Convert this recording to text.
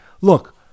look